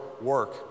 work